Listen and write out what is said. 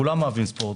כולם אוהבים ספורט,